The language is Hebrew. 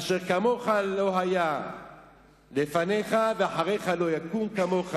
אשר כמוך לא היה לפניך ואחריך לא יקום כמוך.